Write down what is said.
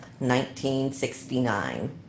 1969